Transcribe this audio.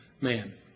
man